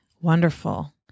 Wonderful